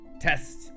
test